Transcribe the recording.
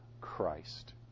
Christ